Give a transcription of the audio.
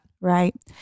Right